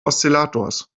oszillators